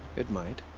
it might.